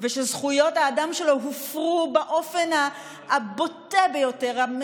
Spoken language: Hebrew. ושזכויות האדם שלו הופרו באופן הבוטה ביותר,